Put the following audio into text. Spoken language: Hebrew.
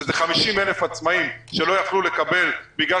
שהם 50,000 עצמאים שלא יכלו לקבל בגלל